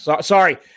Sorry